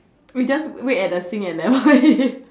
we just wait at the sink and then we